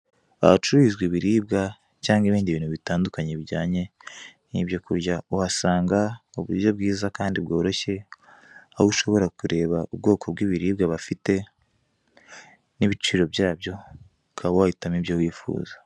Ahacuruzwa ibiribwa cyangwa ibindi bintu bitandukanye bijyanye n'ibyo kurya, uhasanga uburyo bwiza kandi bworoshye, aho ushobora kureba ubwoko bw'ibiribwa bafite n'ibiciro byabyo, ukaba wahitamo ibyo wifuza.